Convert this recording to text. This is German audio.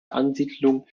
ansiedlungen